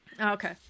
Okay